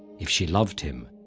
if she loved him,